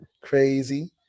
Crazy